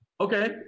Okay